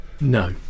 No